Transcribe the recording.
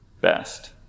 best